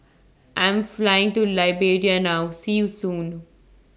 I'm Flying to Liberia now See YOU Soon